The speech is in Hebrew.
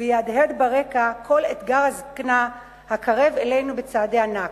ויהדהד ברקע קול אתגר הזיקנה הקרב אלינו בצעדי ענק.